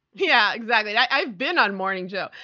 yeah, exactly. i've been on morning joe.